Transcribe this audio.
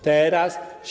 Teraz.